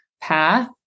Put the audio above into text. path